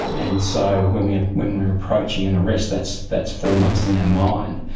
and so when we when we are approaching an arrest, that's that's foremost in our mind,